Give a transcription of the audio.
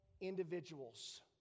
individuals